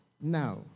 Now